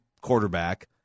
quarterback